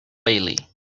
bailey